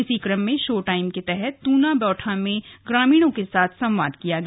इसी क्रम में शो टाइम के तहत तूना बौठा में ग्रामीणों के साथ संवाद किया गया